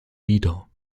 wider